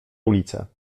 ulice